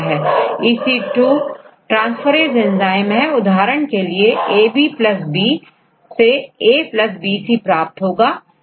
EC2 transferase enzyme है उदाहरण उदाहरण के लिएABB सेABC प्राप्त होगा